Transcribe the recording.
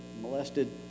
molested